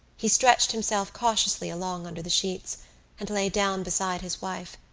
he stretched himself cautiously along under the sheets and lay down beside his wife.